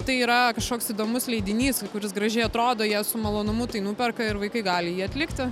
tai yra kažkoks įdomus leidinys kuris gražiai atrodo ją su malonumu tai nuperka ir vaikai gali jį atlikti